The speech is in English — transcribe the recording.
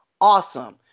Awesome